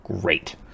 great